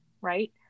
right